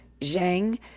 Zhang